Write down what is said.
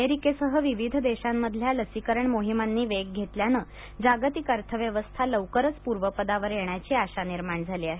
अमेरिकेसह विविध देशांमधल्या लसीकरण मोहिमांनी वेग घेतल्यानं जागतिक अर्थव्यवस्था लवकरच पूर्वपदावर येण्याची आशा निर्माण झाली आहे